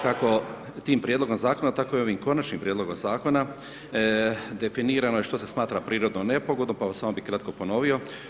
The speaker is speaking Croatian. Kako tim prijedlogom zakona, tako i ovim konačnim prijedlogom zakona, definirano je što se smatra prirodnom nepogodom, pa onda samo bi kratko ponovio.